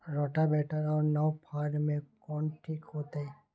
Rotavator और नौ फ़ार में कौन ठीक होतै?